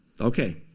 okay